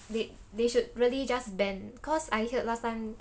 they they should really just ban cause I heard last time